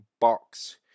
Box